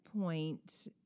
point